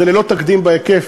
זה ללא תקדים בהיקף,